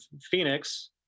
Phoenix